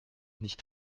nicht